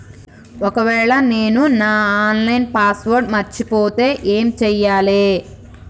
ఒకవేళ నేను నా ఆన్ లైన్ పాస్వర్డ్ మర్చిపోతే ఏం చేయాలే?